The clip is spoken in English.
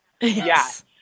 Yes